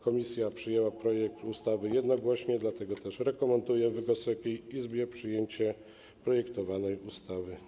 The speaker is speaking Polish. Komisja przyjęła projekt ustawy jednogłośnie, dlatego też rekomenduje Wysokiej Izbie przyjęcie omawianej ustawy.